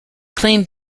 claimed